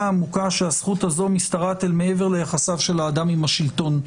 העמוקה שהזכות הזו משתרעת אל מעבר ליחסיו של האדם עם השלטון.